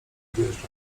odjeżdżał